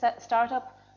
startup